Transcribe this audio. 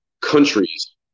countries